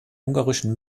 ungarischen